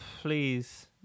please